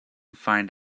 find